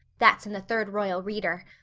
that's in the third royal reader.